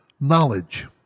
knowledge